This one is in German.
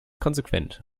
konsequent